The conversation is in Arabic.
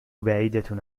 بعيدة